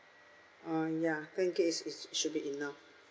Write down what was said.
uh ya ten gig is is should be enough